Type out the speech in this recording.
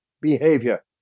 behavior